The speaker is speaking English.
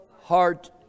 heart